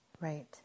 Right